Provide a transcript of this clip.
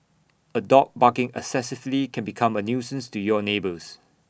A dog barking excessively can become A nuisance to your neighbours